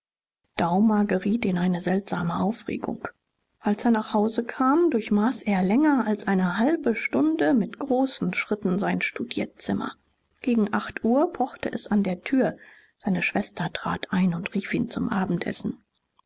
bedrängte daumer geriet in eine seltsame aufregung als er nach hause kam durchmaß er länger als eine halbe stunde mit großen schritten sein studierzimmer gegen acht uhr pochte es an der tür seine schwester trat ein und rief ihn zum abendessen